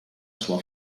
sua